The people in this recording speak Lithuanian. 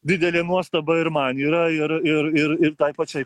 didelė nuostaba ir man yra ir ir ir ir tai pačiai